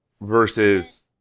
versus